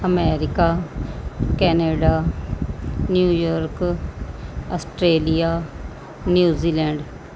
America Canada New York Australia New Zealand